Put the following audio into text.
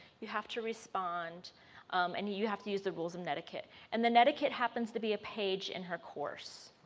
you have to respond um and you you have to use the rules of and etiquette. and then etiquette happens to be a page in her course,